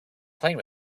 playing